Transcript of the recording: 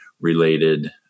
related